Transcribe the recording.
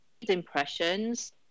impressions